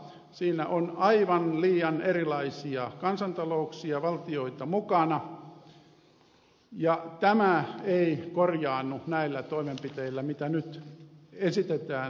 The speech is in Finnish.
siinä on aivan liian erilaisia kansantalouksia valtioita mukana ja tämä ei korjaannu näillä toimenpiteillä mitä nyt esitetään ja etsitään